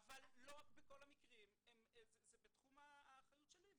אבל לא בכל המקרים זה בתחום האחריות שלי.